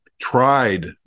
tried